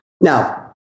Now